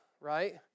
right